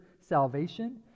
salvation